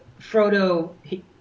Frodo